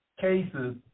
cases